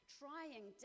trying